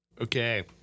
Okay